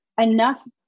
enough